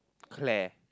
Claire